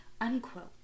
unquote